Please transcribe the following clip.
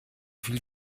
viel